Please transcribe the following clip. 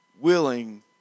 willing